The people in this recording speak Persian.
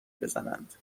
بزنند